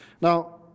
Now